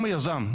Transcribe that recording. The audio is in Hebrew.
אם היזם,